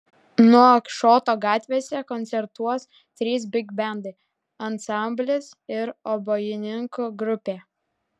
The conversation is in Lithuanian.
nuakšoto gatvėse koncertuos trys bigbendai ansamblis ir obojininkų grupė